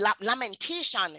lamentation